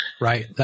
Right